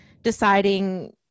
deciding